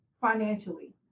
financially